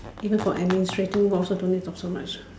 even for administrating work also don't need to talk so much